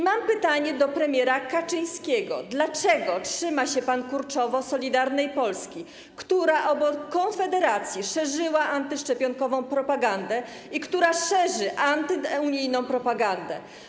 Mam pytanie do premiera Kaczyńskiego: Dlaczego trzyma się pan kurczowo Solidarnej Polski, która obok Konfederacji szerzyła antyszczepionkową propagandę i która szerzy antyunijną propagandę?